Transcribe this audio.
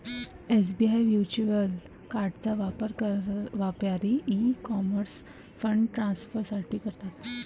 SBI virtual कार्डचा वापर व्यापारी ई कॉमर्स फंड ट्रान्सफर साठी करतात